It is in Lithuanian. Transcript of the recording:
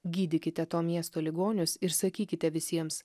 gydykite to miesto ligonius ir sakykite visiems